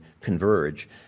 converge